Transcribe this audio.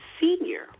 senior